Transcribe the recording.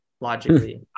logically